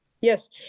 Yes